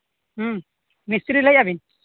ᱢᱤᱥᱛᱨᱤ ᱞᱟᱹᱭ ᱮᱫᱟᱵᱤᱱ